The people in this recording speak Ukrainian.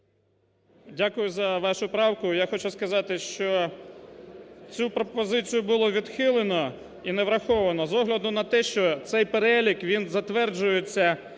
Дякую за вашу правку. Я хочу сказати, що цю пропозицію було відхилено і не враховано з огляду на те, що цей перелік, він затверджується